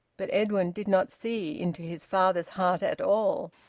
but edwin did not see into his father's heart at all,